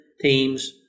teams